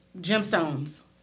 gemstones